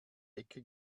ecke